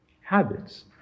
habits